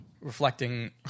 reflecting